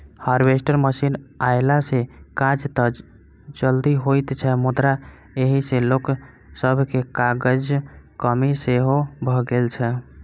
harvester machine अयला सॅ काज त जल्दी होइत छै मुदा एहि सॅ लोक सभके काजक कमी सेहो भ गेल छै